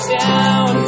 down